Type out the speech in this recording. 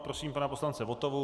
Prosím pana poslance Votavu.